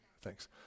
thanks